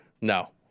No